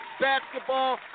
basketball